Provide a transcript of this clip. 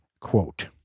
quote